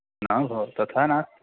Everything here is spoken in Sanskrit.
न भोः तथा नास्